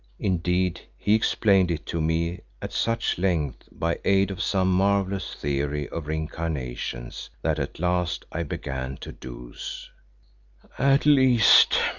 indeed, he explained it to me at such length by aid of some marvellous theory of re-incarnations, that at last i began to doze. at least,